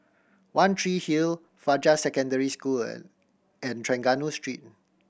One Tree Hill Fajar Secondary School and and Trengganu Street